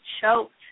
choked